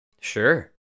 Sure